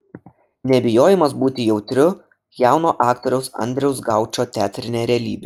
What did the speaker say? nebijojimas būti jautriu jauno aktoriaus andriaus gaučo teatrinė realybė